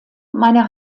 meine